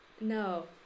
No